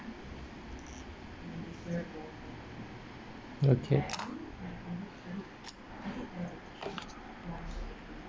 okay